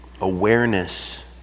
awareness